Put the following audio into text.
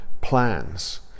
plans